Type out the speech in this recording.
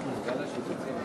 אפשר להתחיל.